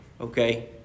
okay